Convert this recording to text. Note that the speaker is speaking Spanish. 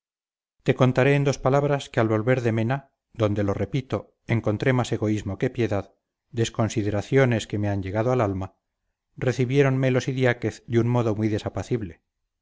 te contaré en dos palabras que al volver de mena donde lo repito encontré más egoísmo que piedad desconsideraciones que me han llegado al alma recibiéronme los idiáquez de un modo muy